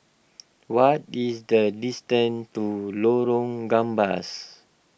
what is the distance to Lorong Gambas